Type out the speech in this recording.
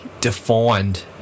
defined